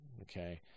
okay